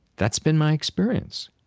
that's been my experience,